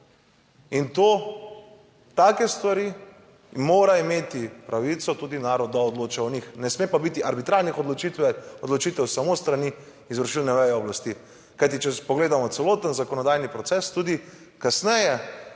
in to, take stvari, mora imeti pravico tudi narod, da odloča o njih, ne sme pa biti arbitražne odločitve, odločitev samo s strani izvršilne veje oblasti. Kajti, če pogledamo celoten zakonodajni proces, tudi kasneje